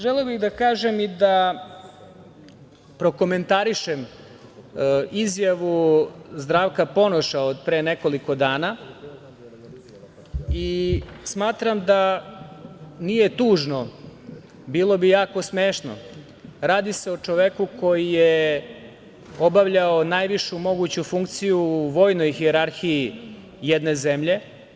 Želeo bih da kažem i da prokomentarišem izjavu Zdravka Ponoša od pre nekoliko dana i smatram da nije tužno, bilo bi jako smešno, radi se o čoveku koji je obavljao najvišu moguću funkciju u vojnoj hijerarhiji jedne zemlje.